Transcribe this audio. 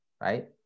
right